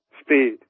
speed